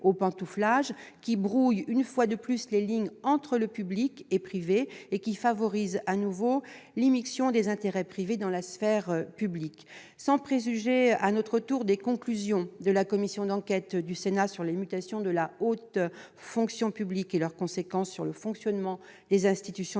qui brouille, une fois de plus, les lignes entre le public et le privé et qui favorise de nouveau l'immixtion des intérêts privés dans la sphère publique. Sans préjuger des conclusions de la commission d'enquête du Sénat sur les mutations de la haute fonction publique et leurs conséquences sur le fonctionnement des institutions de